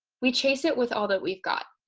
we chase it with all that we've got.